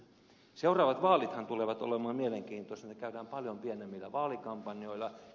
seuraavat vaalithan tulevat olemaan mielenkiintoiset ne käydään paljon pienemmillä vaalikampanjoilla